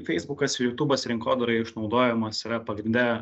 feisbukas ir jutūbas rinkodaroje išnaudojamas yra pagrinde